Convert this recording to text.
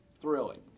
Thrilling